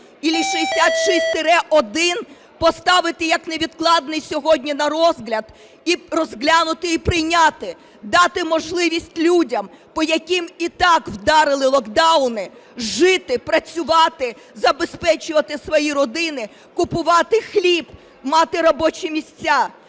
чи 66-1 поставити як невідкладний сьогодні на розгляд і розглянути, і прийняти, дати можливість людям, по яким і так вдарили локдауни, жити, працювати, забезпечувати свої родини, купувати хліб, мати робочі місця.